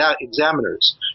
examiners